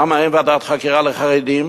למה אין ועדת חקירה לחרדים?